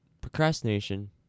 procrastination